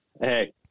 Hey